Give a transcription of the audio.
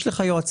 יש לך יועץ